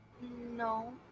No